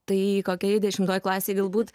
tai kokioj dešimtoj klasėj galbūt